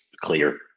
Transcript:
clear